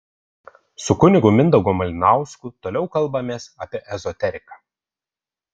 su kunigu mindaugu malinausku toliau kalbamės apie ezoteriką